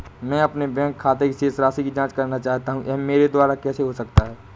मैं अपने बैंक खाते की शेष राशि की जाँच करना चाहता हूँ यह मेरे द्वारा कैसे हो सकता है?